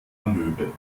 amöbe